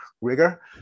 rigor